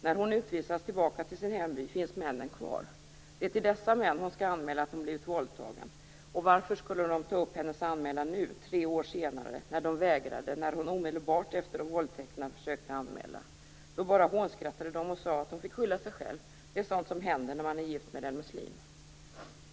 När hon utvisas tillbaka till sin hemby finns männen kvar. Det är till dessa män hon skall anmäla att hon blivit våldtagen. Varför skulle de ta upp hennes anmälan nu, tre år senare, när de vägrade när hon omedelbart efter våldtäkterna försökte anmäla. Då bara hånskrattade de och sade att hon fick skylla sig själv. Det är sådant som händer när man är gift med en muslim.